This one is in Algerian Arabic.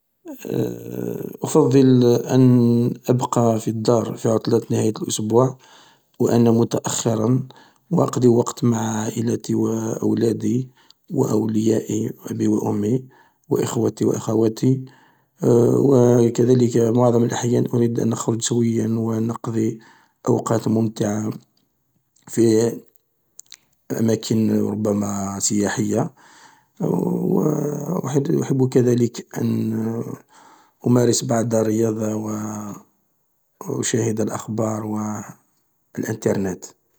من عيوب الشهرة أنك تكون حبيس تلك الشهرة و لا تكون لك الحرية التامة أن تعيش كما تريد يعمر حتى في السفرات و في المناسبات تكون مصدر لجلب الأعين و الصور و يعني تكون غير حر نوعا ما في حياتك.